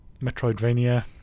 metroidvania